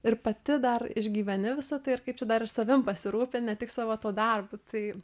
ir pati dar išgyveni visą tai ir kaip čia dar savim pasirūpint ne tik savo tuo darbu tai